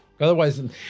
Otherwise